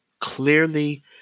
clearly